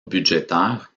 budgétaire